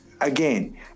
again